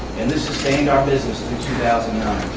and this sustained our business through two thousand